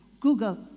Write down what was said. Google